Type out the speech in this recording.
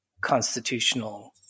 constitutional